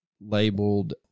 labeled